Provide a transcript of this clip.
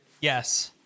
Yes